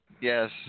Yes